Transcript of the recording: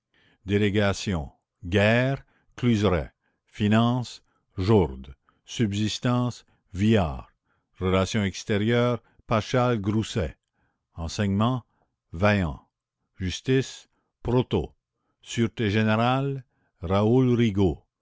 délégations guerre cluseret finances jourde subsistances viard relations extérieures paschal grousset enseignement vaillant justice protot sûreté générale